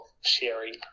sharing